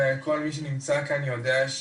וכל מי שנמצא כאן יודע,